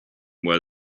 where